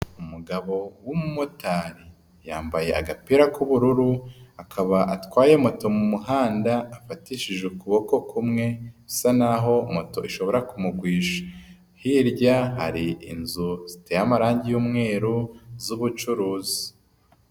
Umugabo w'umumotari yambaye agapira k'ubururu, akaba atwaye moto mu muhanda afatishije ukuboko kumwe, bisa n'aho moto ishobora kumugwisha, hirya hari inzu ziteye amarangi y'umweru z'ubucuruzi.